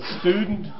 student